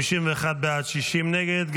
51 בעד, 60 נגד.